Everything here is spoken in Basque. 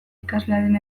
ikaslearen